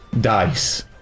DICE